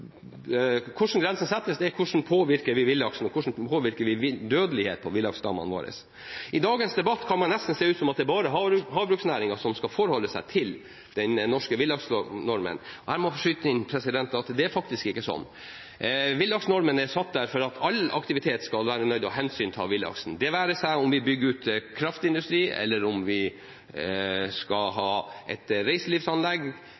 Hvordan påvirker vi villaksen, og hvordan påvirker vi dødeligheten til villaksstammene våre? I dagens debatt kan det nesten se ut som om det bare er havbruksnæringen som skal forholde seg til den norske villaksnormen. Jeg må få skyte inn at det faktisk ikke er sånn. Villaksnormen er satt der for at all aktivitet skal være nødt til å ta hensyn til villaksen – det være seg om vi bygger ut kraftindustri, om vi skal ha et reiselivsanlegg,